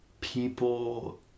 People